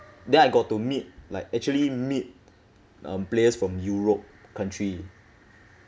then I got to meet like actually meet um players from europe country